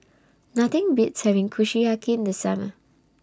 Nothing Beats having Kushiyaki in The Summer